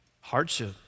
hardship